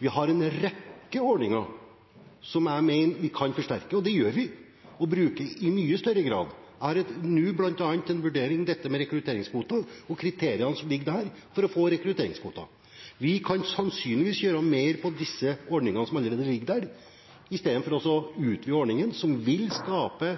Vi har en rekke ordninger som jeg mener vi kan forsterke og bruke i mye større grad – og det gjør vi. Jeg har nå til vurdering bl.a. dette med rekrutteringskvoter og kriteriene for å få rekrutteringskvoter. Vi kan sannsynligvis gjøre mer innenfor de ordningene som allerede ligger der, i stedet for å utvide ungdomsfiskeordningen, som vil skape